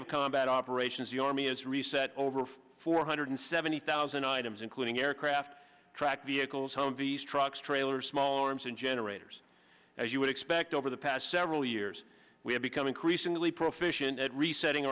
of combat operations the army is reset over four hundred seventy thousand items including aircraft track vehicles home these trucks trailers small arms and generators as you would expect over the past several years we have become increasingly proficient at resetting